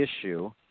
issue